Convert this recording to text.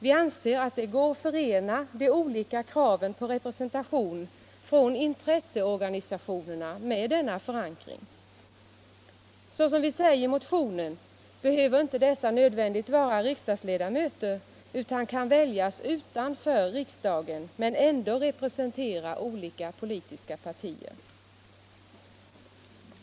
Vi anser att det går att förena de olika kraven på representation från intresseorganisationerna med denna förankring. Såsom vi säger i motionen, behöver inte dessa nödvändigt vara riksdagsledamöter, utan kan väljas utanför riksdagen, men ändå representera olika politiska partier.